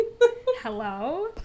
hello